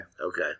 okay